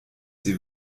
sie